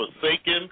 forsaken